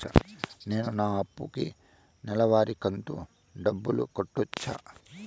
నేను నా అప్పుకి నెలవారి కంతు డబ్బులు కట్టొచ్చా?